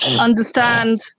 understand